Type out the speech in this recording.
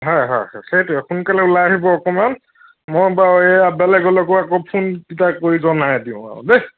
হয় হয় সেইটোৱেই সোনকালে ওলাই আহিব অকণমান মই বাৰু এই আদ্দালৈ গ'লে ফোনকেইটা কৰি জনাই দিওঁ আৰু দেই